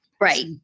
Right